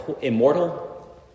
immortal